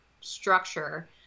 structure